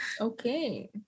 Okay